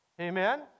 Amen